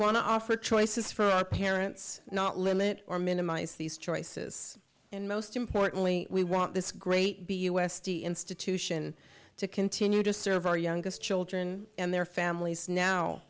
offer choices for our parents not limit or minimize these choices and most importantly we want this great be u s d institution to continue to serve our youngest children and their families now